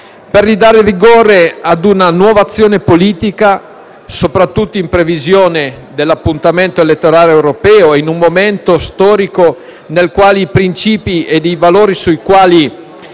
per ridare vigore a una nuova azione politica, soprattutto in previsione dell'appuntamento elettorale europeo e in un momento storico nel quale i principi e i valori sui quali